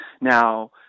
Now